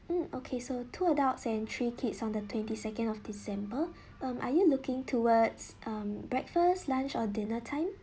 mm okay so two adults and three kids on the twenty second of december um are you looking towards um breakfast lunch or dinner time